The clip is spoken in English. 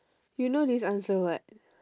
you know this answer [what]